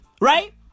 Right